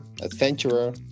adventurer